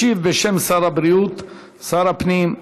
ישיב בשם שר הבריאות שר הפנים,